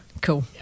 Cool